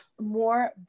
more